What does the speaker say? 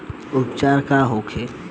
उपचार का होखे?